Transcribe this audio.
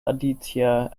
aditya